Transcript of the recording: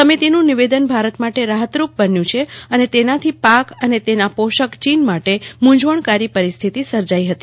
સમિતિનું નિવેદન ભારત માટે રાહતરૂપ બન્યું હતું અને તેનાથી પાક તથા તેના પોષક ચીન માટે મૂંઝવણ પરિસ્થિતિ સર્જાઈ હતી